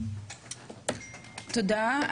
תודה.